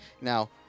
Now